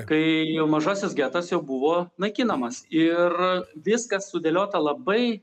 kai jau mažasis getas jau buvo naikinamas ir viskas sudėliota labai